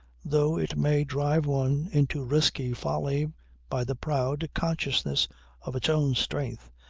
though it may drive one into risky folly by the proud consciousness of its own strength,